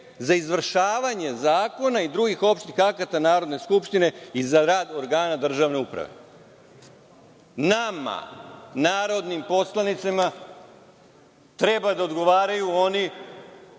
za izvršavanje zakona i drugih opštih akata Narodne skupštine i za rad organa državne uprave. Nama, narodnim poslanicima, treba da odgovaraju oni